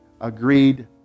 agreed